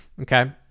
Okay